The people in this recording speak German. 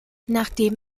nachdem